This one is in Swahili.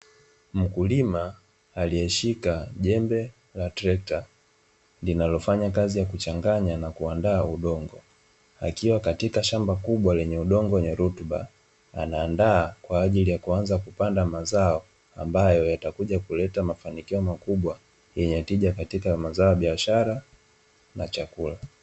Mkulima aliyeshika jembe la trekta linalofanya kazi ya kuchanganya na kuandaa udongo, akiwa katika shamba kubwa lenye udongo weneye rutuba anaandaa kwa ajili ya kuanza kupanda amazao ambayo yataleta mafanikio makubwa yenye tija katika mazao ya biashara na chakula.